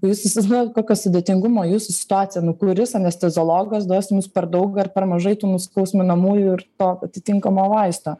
jūs įsivaizduojat kokio sudėtingumo jūsų situacija nu kuris anesteziologas duos jums per daug ar per mažai tų nuskausminamųjų ir to atitinkamo vaisto